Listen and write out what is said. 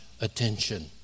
attention